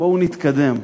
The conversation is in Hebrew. בואו ונתקדם.